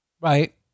Right